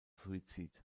suizid